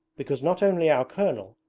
because not only our colonel,